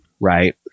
right